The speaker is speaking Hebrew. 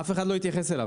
אף אחד לא התייחס אליו.